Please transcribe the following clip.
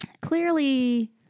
Clearly